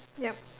yup